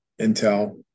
Intel